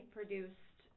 produced